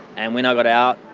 and when i got out,